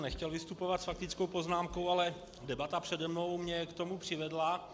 Nechtěl jsem vystupovat s faktickou poznámkou, ale debata přede mnou mě k tomu přivedla.